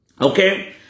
Okay